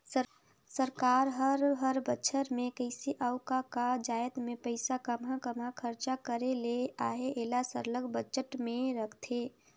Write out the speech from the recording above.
सरकार हर हर बछर में कइसे अउ का का जाएत में पइसा काम्हां काम्हां खरचा करे ले अहे एला सरलग बजट में रखथे